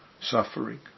suffering